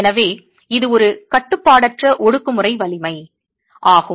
எனவே இது ஒரு கட்டுப்பாடற்ற ஒடுக்குமுறை வலிமை ஆகும்